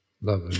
Love